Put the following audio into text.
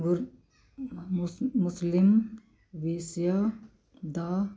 ਮੁਸਲਿਮ ਵਿਸ਼ਿਆਂ ਦਾ